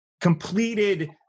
completed